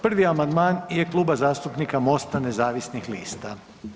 Prvi amandman je Kluba zastupnika Mosta nezavisnih lista.